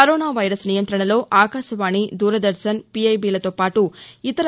corona virus నియంతణలో ఆకాశవాణి దూరదర్భన్ పిఐబిల తో పాటు ఇతర